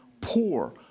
poor